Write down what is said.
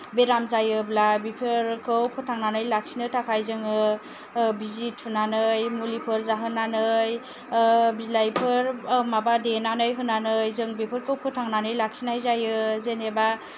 बेराम जायोब्ला बिसोरखौ फोथांनानै लाखिनो थाखाय जोङो बिजि थुनानै मुलिफोर जाहोनानै बिलाइफोर बा माबा देनानै होनानै जों बेफोरखौ फोथांनानै लाखिनाय जायो जेनेबा